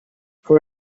for